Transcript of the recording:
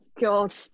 God